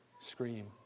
scream